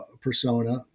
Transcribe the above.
persona